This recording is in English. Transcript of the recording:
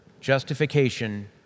Justification